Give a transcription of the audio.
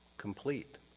complete